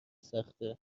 سخته